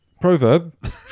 Proverb